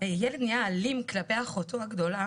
הילד נהיה אלים כלפי אחותו הגדולה,